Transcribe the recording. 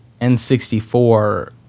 N64